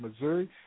Missouri